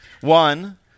one